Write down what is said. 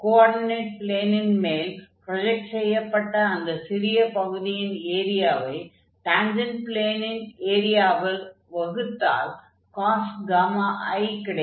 coordinate ப்ளேனின் மேல் project செய்யப்பட்ட அந்த சிறிய பகுதியின் ஏரியாவை டான்ஜன்ட் ப்ளேனின் எரியாவால் வகுத்தால் cos i கிடைக்கும்